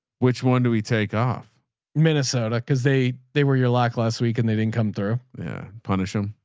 which one do we take off minnesota? cause they, they were your lack last week and they didn't come through. yeah. punish them.